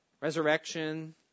resurrection